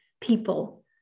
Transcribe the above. people